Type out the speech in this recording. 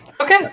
Okay